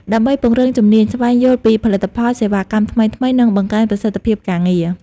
ដើម្បីពង្រឹងជំនាញ ស្វែងយល់ពីផលិតផល សេវាកម្មថ្មីៗ និងបង្កើនប្រសិទ្ធភាពការងារ។